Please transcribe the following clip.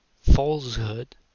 falsehood